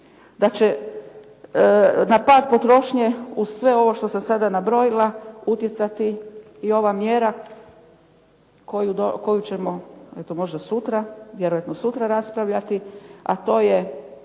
da će na pad potrošnje uz sve ovo što sam sada nabrojila utjecati i ova mjera koju ćemo eto možda sutra, vjerojatno sutra raspravljati a to je